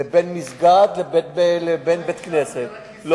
בין מסגד לבין בית-כנסת,